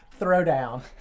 throwdown